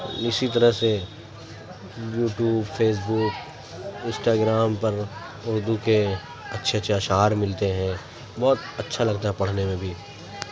اسی طرح سے YouTube Facebook Instagram پر اردو کے اچھے اچھے اشعار ملتے ہیں بہت اچھا لگتا ہے پڑھنے میں بھی